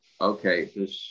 okay